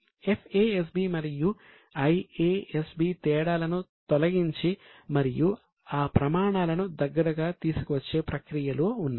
FASB మరియు IASB తేడాలను తొలగించి మరియు ఆ ప్రమాణాలను దగ్గరగా తీసుకువచ్చే ప్రక్రియలో ఉన్నాయి